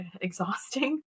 exhausting